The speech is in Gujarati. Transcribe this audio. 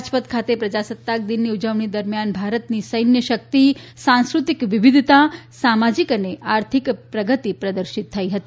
રાજપથ ખાતે પ્રજાસત્તાક દિનની ઉજવણી દરમિયાન ભારતની સૈન્ય શક્તિ સાંસ્કૃતિક વિવિધતા સામાજિક અને આર્થિક પ્રગતિ પ્રદર્શિત થઈ હતી